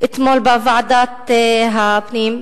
בדיון בוועדת הפנים.